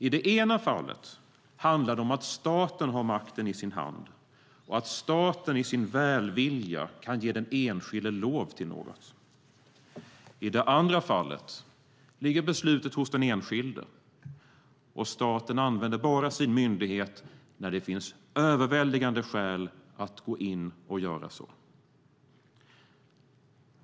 I det ena fallet handlar det om att staten har makten i sin hand, och att staten i sin välvilja kan ge den enskilde lov till något. I det andra fallet ligger beslutet hos den enskilde, och staten använder sin myndighet bara när det finns överväldigande starka skäl att gå in och göra det.